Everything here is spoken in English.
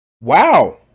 wow